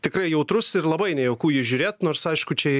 tikrai jautrus ir labai nejauku jį žiūrėt nors aišku čia